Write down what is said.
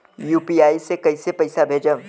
UPI से कईसे पैसा भेजब?